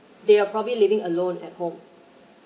they are probably living alone at home